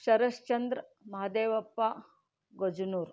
Sharatchandra Mahadevappa Gajnur